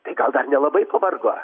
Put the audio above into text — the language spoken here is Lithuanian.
tai gal dar nelabai pavargo